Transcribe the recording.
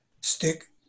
stick